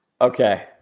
okay